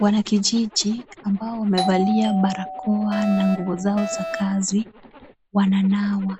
Wanakijiji ambao wamevalia barakoa na nguo zao za kazi wananawa.